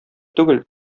түгел